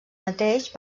mateix